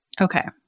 Okay